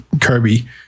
Kirby